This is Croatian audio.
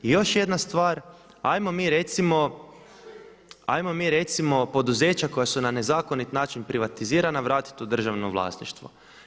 I još jedna stvar, 'ajmo mi recimo, 'ajmo mi recimo poduzeća koja su na nezakonit način privatizirana vratiti u državno vlasništvo.